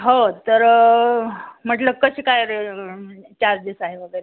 हो तर म्हटलं कशी काय रे चार्जेस आहे वगैरे